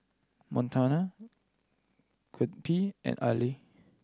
Montana Gottlieb and Allyn